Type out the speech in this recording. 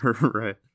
right